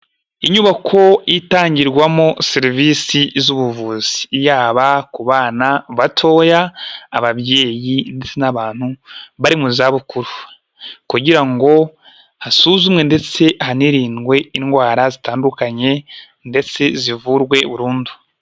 Inyubako itangirwamo serivisi z'ubuvuzi, yaba ku bana batoya, ababyeyi ndetse n'abantu bari mu zabukuru kugira ngo hasuzumwe ndetse hanirindwe indwara zitandukanye ndetse zivurwe burundu.